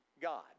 God